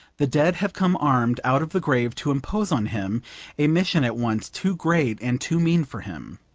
the dead have come armed out of the grave to impose on him a mission at once too great and too mean for him.